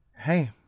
Hey